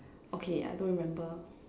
okay I don't remember